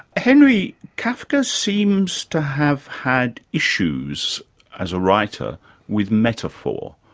henry, kafka seems to have had issues as a writer with metaphor.